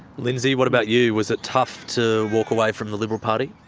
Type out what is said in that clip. lindsay, what about you? was it tough to walk away from the liberal party?